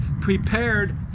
prepared